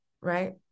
right